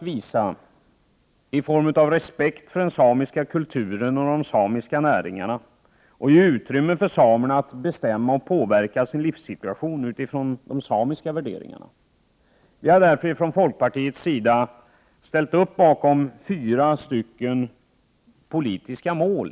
Vi måste visa respekt för den samiska kulturen och de samiska näringarna och ge utrymme åt samerna att bestämma och påverka sin livssituation med hänsyn till de samiska värderingarna. Från folkpartiets sida har vi därför i detta sammanhang satt upp fyra politiska mål.